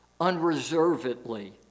unreservedly